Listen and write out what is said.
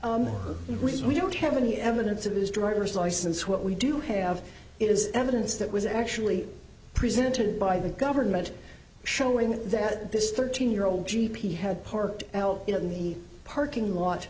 soon we don't have any evidence of his driver's license what we do have is evidence that was actually presented by the government showing that this thirteen year old g p had parked it in the parking lot